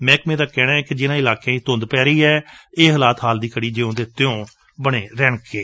ਮਹਿਕਮੇ ਦਾ ਕਹਿਣੈ ਕਿ ਜਿਨਾਂ ਇਲਾਕਿਆਂ ਵਿਚ ਧੁੰਦ ਪੈ ਰਹੀ ਏ ਇਹ ਹਾਲਾਤ ਹਾਲ ਦੀ ਘੜੀ ਜਿਉਂ ਦੇ ਤਿਉਂ ਬਣੇ ਰਹਿਣਗੇ